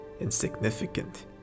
insignificant